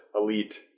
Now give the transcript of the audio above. elite